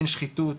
אין שחיתות,